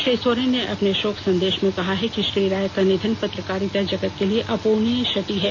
श्री सोरेन ने अपने शोक संदेष में कहा है कि श्री राय का निधन पत्रकारिता जगत के लिए अप्ररणीय क्षति है